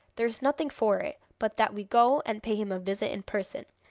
there is nothing for it but that we go and pay him a visit in person.